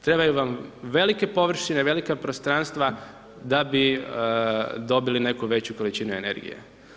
Trebaju vam velike površine, velika prostranstva da bi dobili neku veću količinu energije.